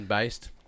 based